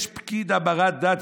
יש פקיד המרת דת,